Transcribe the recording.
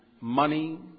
money